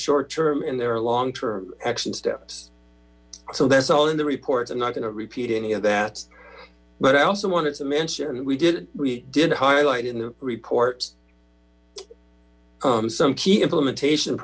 short term and there are long term action steps so that's all in the reports and not going to repeat any of that but i also wanted to mention we did we did highlight in the report some key implementation